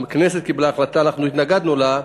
הכנסת קיבלה החלטה, אנחנו התנגדנו לה,